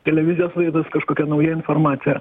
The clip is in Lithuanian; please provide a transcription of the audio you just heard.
televizijos laidos kažkokia nauja informacija